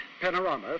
Panorama